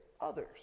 others